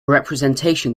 representation